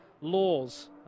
laws